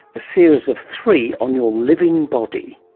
a series of three on your living body.